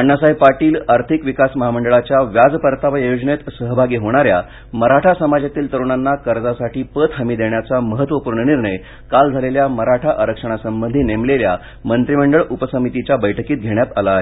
अण्णासाहेब पाटील आर्थिक विकास महामंडळाच्या व्याज परतावा योजनेत सहभागी होणाऱ्या मराठा समाजातील तरुणांना कर्जासाठी पत हमी देण्याचा महत्त्वपूर्ण निर्णय काल झालेल्या मराठा आरक्षणासबंधी नेमलेल्या मंत्रिमंडळ उपसमितीच्या बैठकीत घेण्यात आला आहे